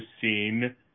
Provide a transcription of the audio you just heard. scene